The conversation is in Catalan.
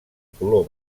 color